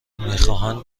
میخواهند